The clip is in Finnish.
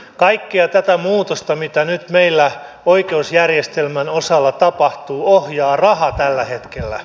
kaikkea tätä muutosta mitä nyt meillä oikeusjärjestelmän osalla tapahtuu ohjaa raha tällä hetkellä